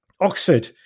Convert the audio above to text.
Oxford